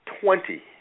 Twenty